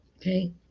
okay